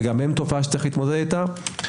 וגם הם תופעה שיש להתמודד איתה.